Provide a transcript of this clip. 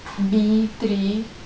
B three